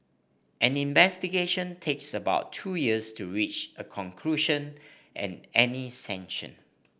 any investigation takes about two years to reach a conclusion and any sanction